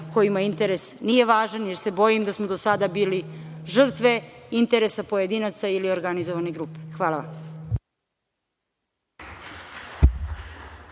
kojima interes nije važan, jer se bojim da smo do sada bili žrtve interesa pojedinaca ili organizovane grupe. Hvala vam.